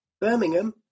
Birmingham